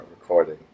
recording